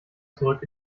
zurück